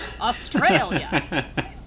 Australia